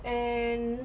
and